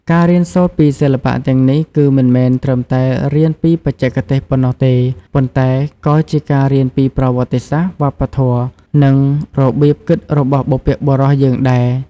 ការរៀនសូត្រពីសិល្បៈទាំងនេះ គឺមិនមែនត្រឹមតែរៀនពីបច្ចេកទេសប៉ុណ្ណោះទេ ប៉ុន្តែក៏ជាការរៀនពីប្រវត្តិសាស្ត្រ វប្បធម៌ និងរបៀបគិតរបស់បុព្វបុរសយើងដែរ។